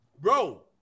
bro